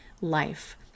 life